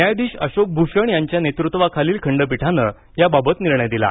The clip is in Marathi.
न्यायाधीश अशोक भूषण यांचया नेतृत्वाखालील खंडपीठानं याबाबत निर्णय दिला